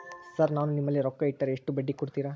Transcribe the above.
Sir ನಾನು ನಿಮ್ಮಲ್ಲಿ ರೊಕ್ಕ ಇಟ್ಟರ ಎಷ್ಟು ಬಡ್ಡಿ ಕೊಡುತೇರಾ?